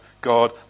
God